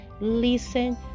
listen